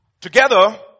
Together